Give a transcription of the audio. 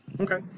Okay